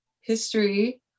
history